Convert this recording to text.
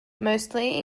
mostly